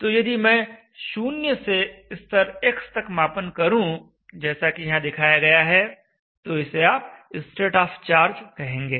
तो यदि मैं 0 से स्तर x तक मापन करूं जैसा कि यहाँ दिखाया गया है तो इसे आप स्टेट ऑफ चार्ज कहेंगे